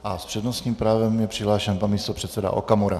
S přednostním právem je přihlášen pan místopředseda Okamura.